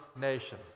nation